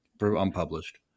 unpublished